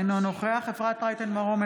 אינו נוכח אפרת רייטן מרום,